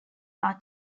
are